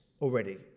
already